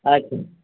अच्छा